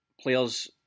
players